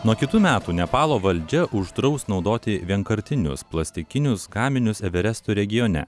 nuo kitų metų nepalo valdžia uždraus naudoti vienkartinius plastikinius gaminius everesto regione